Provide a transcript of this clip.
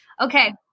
Okay